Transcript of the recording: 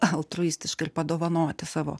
altruistiškai ir padovanoti savo